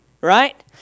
Right